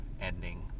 ending